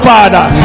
Father